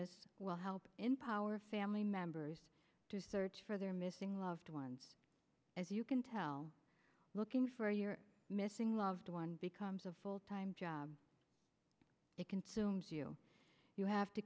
h will help empower family members to search for their missing loved ones as you can tell looking for your missing loved one becomes a full time job it consumes you you